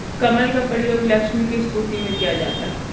कमल का प्रयोग लक्ष्मी की स्तुति में किया जाता है